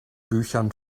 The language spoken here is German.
büchern